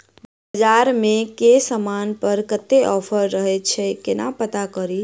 बजार मे केँ समान पर कत्ते ऑफर रहय छै केना पत्ता कड़ी?